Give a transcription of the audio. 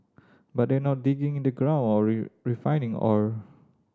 but they're not digging in the ground or refining ore